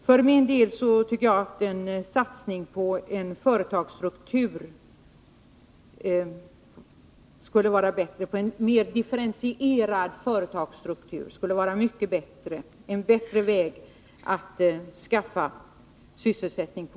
Jag tycker att en satsning på en differentierad företagsstruktur skulle vara en mycket bättre väg att skaffa sysselsättning på.